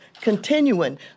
continuing